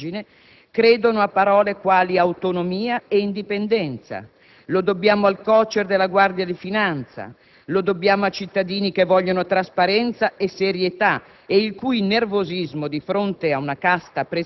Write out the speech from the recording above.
verrebbe da dire, con romantica dabbenaggine, credono a parole quali autonomia e indipendenza. Lo dobbiamo al COCER della Guardia di finanza. Lo dobbiamo a cittadini che vogliono trasparenza e serietà